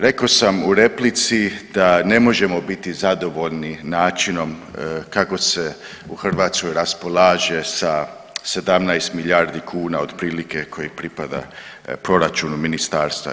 Rekao sam u replici da ne možemo biti zadovoljni načinom kako se u Hrvatskoj raspolaže sa 17 milijardi kuna otprilike koje pripada proračunu ministarstva.